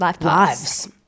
lives